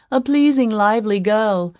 a pleasing lively girl,